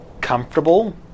comfortable